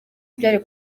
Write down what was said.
byari